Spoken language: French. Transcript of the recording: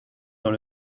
dans